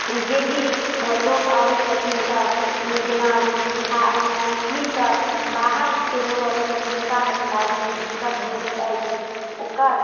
जे भी लोक आबै छथिन तऽ जेना बिहार मैथिलीसँ बाहरके लोक अबै छथिन हुनका कनी बाजऽमे दिक्कत होइत अछि ओकर